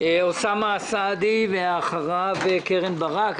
חבר הכנסת אוסאמה סעדי ואחריו חברת הכנסת קרן ברק.